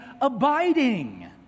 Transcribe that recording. abiding